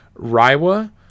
Raiwa